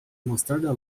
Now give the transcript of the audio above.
mostarda